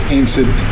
answered